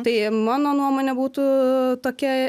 tai mano nuomonė būtų tokia